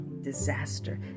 Disaster